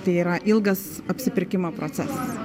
tai yra ilgas apsipirkimo procesas